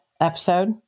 episode